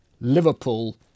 Liverpool